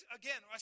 again